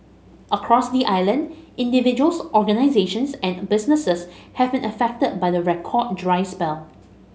across the island individuals organisations and businesses have been affected by the record dry spell